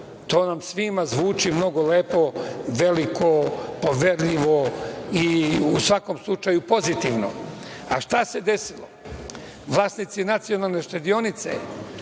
to nam svima zvuči mnogo lepo, veliko, poverljivo i u svakom slučaju pozitivno. Šta se desilo? Vlasnici Nacionalne štedionice